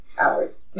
hours